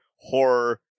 horror